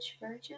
virgin